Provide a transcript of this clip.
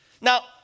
Now